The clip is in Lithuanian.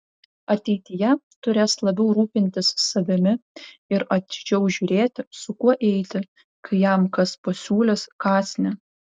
ateityje turės labiau rūpintis savimi ir atidžiau žiūrėti su kuo eiti kai jam kas pasiūlys kąsnį